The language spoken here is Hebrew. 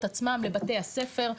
לקהילות עצמן, לבתי הספר.